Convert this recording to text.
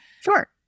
Sure